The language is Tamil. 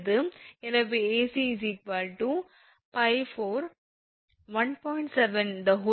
எனவே 𝐴𝑐 𝜋4 1